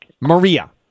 Maria